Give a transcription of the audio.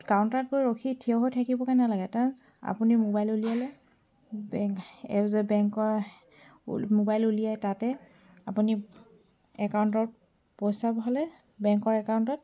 কাউণ্টাৰত গৈ ৰখি থিয় হৈ থাকিবগৈ নালাগে তাত আপুনি মোবাইল উলিয়ালে বেংক এপ্ছ বেংকৰ উল্ মোবাইল উলিয়াই তাতে আপুনি একাউণ্টত পইচা ভৰালে বেংকৰ একাউণ্টত